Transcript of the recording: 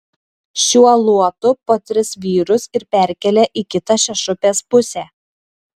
šiuo luotu po tris vyrus ir perkelia į kitą šešupės pusę